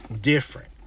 different